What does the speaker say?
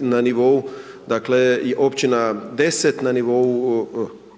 na nivou i općina 10 na nivou gradova